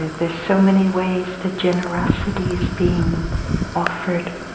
there are so many ways that generosity is being offered.